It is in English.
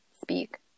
speak